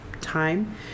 time